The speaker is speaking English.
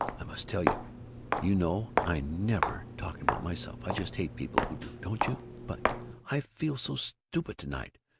i must tell you you know i never talk about myself i just hate people who do, don't you? but i feel so stupid to-night,